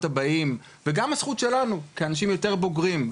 הבאים וגם הזכות שלנו כאנשים יותר בוגרים,